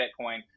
Bitcoin